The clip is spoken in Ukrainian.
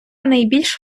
найбільш